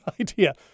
idea